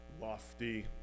lofty